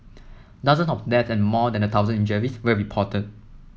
dozen of death and more than a thousand injuries were reported